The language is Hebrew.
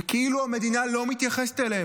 וכאילו המדינה לא מתייחסת אליהם,